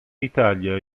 italia